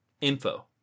info